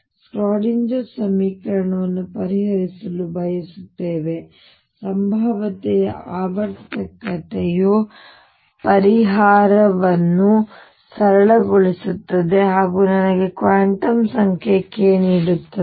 ಮತ್ತು ನಾವು ಇದರಲ್ಲಿ ಶ್ರೋಡಿಂಗರ್ ಸಮೀಕರಣವನ್ನು ಪರಿಹರಿಸಲು ಬಯಸುತ್ತೇವೆ ಸಂಭಾವ್ಯತೆಯ ಆವರ್ತಕತೆಯು ಪರಿಹಾರವನ್ನು ಸರಳಗೊಳಿಸುತ್ತದೆ ಹಾಗೂ ಅದು ನನಗೆ ಹೊಸ ಕ್ವಾಂಟಮ್ ಸಂಖ್ಯೆ k ನೀಡುತ್ತದೆ